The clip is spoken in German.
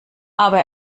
aber